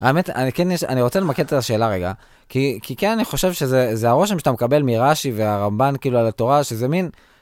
האמת, אני רוצה למקד את השאלה רגע, כי כן אני חושב שזה הרושם שאתה מקבל מרש"י והרמב"ן כאילו על התורה, שזה מין...